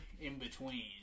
in-between